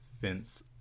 fence